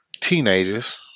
teenagers